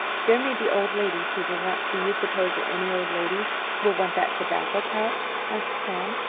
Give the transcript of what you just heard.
there may be old ladies who will want do you suppose that any old lady will want that tobacco pouch? asked tom,